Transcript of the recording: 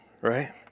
right